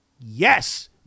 Yes